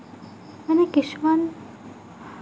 কোনো কিছুমান